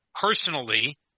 personally